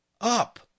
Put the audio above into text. up